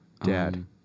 Dad